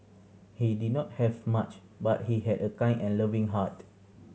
he did not have much but he had a kind and loving heart